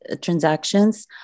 transactions